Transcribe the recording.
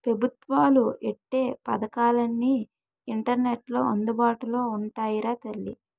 పెబుత్వాలు ఎట్టే పదకాలన్నీ ఇంటర్నెట్లో అందుబాటులో ఉంటాయిరా తల్లీ